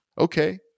Okay